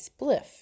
spliff